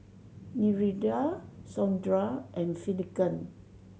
Nereida Sondra and Finnegan